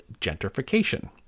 gentrification